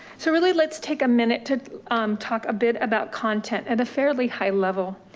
so really let's take a minute to um talk a bit about content at a fairly high level.